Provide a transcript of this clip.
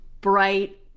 bright